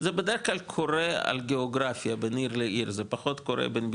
זה בדרך כלל קורה על גאוגרפיה,